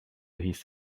his